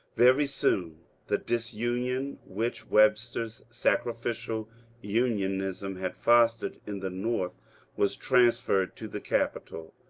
very soon the disunion which webster's sacrificial union ism had fostered in the north was transferred to the capitol.